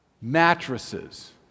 Mattresses